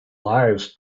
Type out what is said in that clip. lives